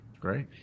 Great